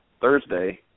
Thursday